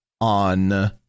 on